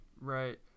right